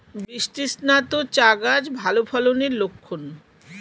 বৃষ্টিস্নাত চা গাছ ভালো ফলনের লক্ষন